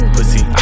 Pussy